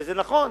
וזה נכון,